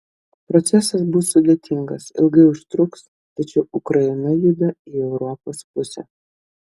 procesas bus sudėtingas ilgai užtruks tačiau ukraina juda į europos pusę